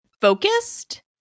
focused